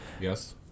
Yes